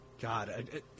God